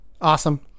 Awesome